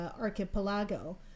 archipelago